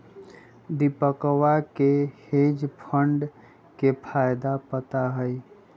दीपकवा के hedge fund के फायदा पता हई